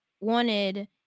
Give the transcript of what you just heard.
wanted